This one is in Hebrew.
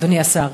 אדוני השר,